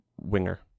winger